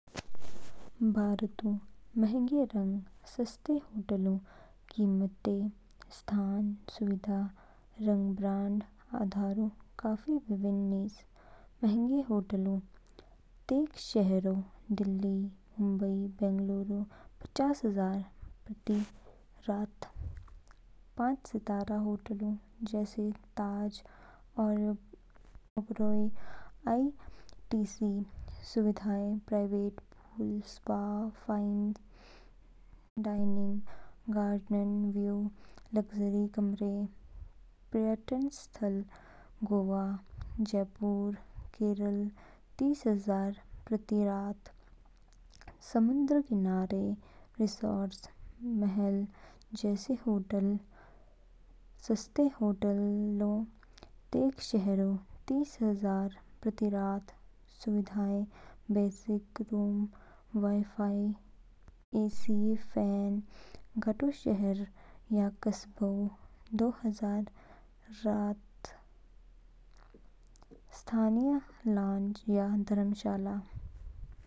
भारतऊ महंगे रंग सस्ते होटलोंऊ कीमतें स्थान, सुविधाओं रंग ब्रांडऊ आधारऊ काफी विभिन्न निज। महंगे होटलओ। तेग शहरों दिल्ली, मुंबई, बेंगलुरु पचास हजार प्रति रात। पाँच सितारा होटलऊ जैसे ताज, ओबेरॉय, आईटीसी। सुविधाएँ private pool, spa, fine dining, garden view, luxury कमरे। पर्यटन स्थल गोवा, जयपुर, केरल तीस हजार प्रति रात। समुद्र किनारे रिसॉर्ट्स, महल जैसे होटल। सस्ते होटलों। तेग शहरों तीसहजार प्रति रात सुविधाएँ basic room, wifi, AC fan. गाटो शहरों या कस्बों दो हजार प्रति रात। स्थानीय लॉज या धर्मशालाएँ।